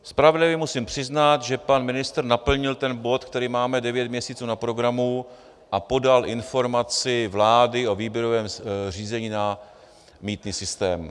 Spravedlivě musím přiznat, že pan ministr naplnil ten bod, který máme devět měsíců na programu, a podal informaci vlády o výběrovém řízení na mýtný systém.